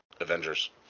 Avengers